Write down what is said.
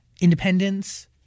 independence